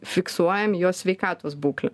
fiksuojam jo sveikatos būklę